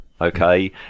okay